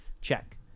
Check